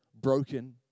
broken